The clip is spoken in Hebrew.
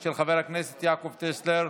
של חבר הכנסת יעקב טסלר.